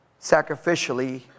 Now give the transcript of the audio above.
sacrificially